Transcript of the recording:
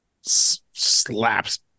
slaps